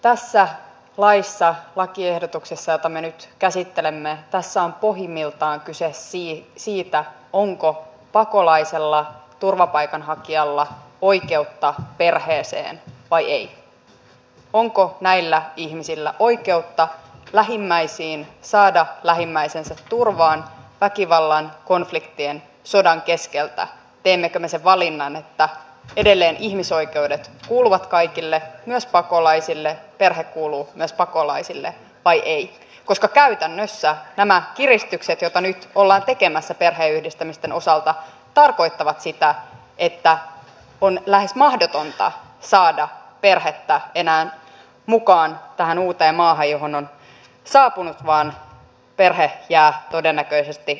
tässä laissa lakiehdotuksessa jota me nyt käsittelemme on pohjimmiltaan kyse siitä onko pakolaisella turvapaikanhakijalla oikeutta perheeseen vai ei onko näillä ihmisillä oikeutta lähimmäisiin saada lähimmäisensä turvaan väkivallan konfliktien sodan keskeltä teemmekö me sen valinnan että edelleen ihmisoikeudet kuuluvat kaikille myös pakolaisille perhe kuuluu myös pakolaisille vai ei koska käytännössä nämä kiristykset joita nyt ollaan tekemässä perheenyhdistämisten osalta tarkoittavat sitä että on lähes mahdotonta saada perhettä enää mukaan tähän uuteen maahan johon on saapunut vaan perhe jää todennäköisesti vastaisuudessa yhdistämättä